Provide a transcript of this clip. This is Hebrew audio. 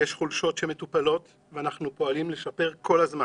יש חולשות שמטופלות, ואנחנו פועלים לשפר כל הזמן.